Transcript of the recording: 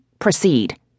proceed